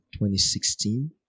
2016